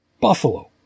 Buffalo